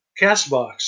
Castbox